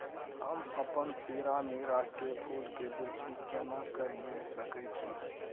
हम अपन तीरामीरा के फूल के वृद्धि केना करिये सकेत छी?